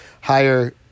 higher